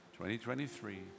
2023